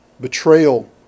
Betrayal